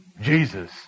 Jesus